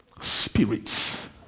Spirits